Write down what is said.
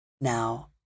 now